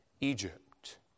Egypt